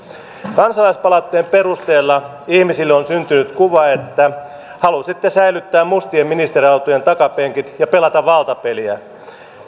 kansalaispalautteen perusteella ihmisille on syntynyt kuva että halusitte säilyttää mustien ministeriautojen takapenkit ja pelata valtapeliä